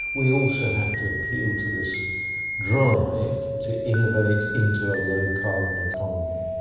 we also have to appeal to this drive to innovate into a low carbon economy.